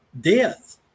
Death